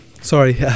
sorry